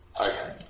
okay